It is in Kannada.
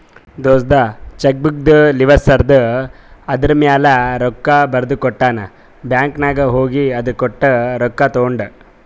ದೋಸ್ತ ಚೆಕ್ಬುಕ್ದು ಲಿವಸ್ ಹರ್ದು ಅದೂರ್ಮ್ಯಾಲ ರೊಕ್ಕಾ ಬರ್ದಕೊಟ್ಟ ನಾ ಬ್ಯಾಂಕ್ ನಾಗ್ ಹೋಗಿ ಅದು ಕೊಟ್ಟು ರೊಕ್ಕಾ ತೊಂಡು